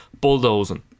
bulldozing